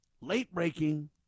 late-breaking